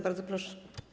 Bardzo proszę.